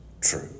true